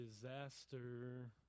Disaster